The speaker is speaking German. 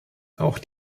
auch